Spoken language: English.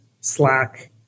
Slack